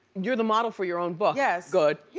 you're the model for your own book. yeah good.